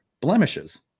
blemishes